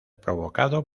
provocado